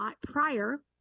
prior